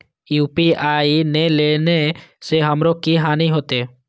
UPI ने लेने से हमरो की हानि होते?